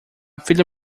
filha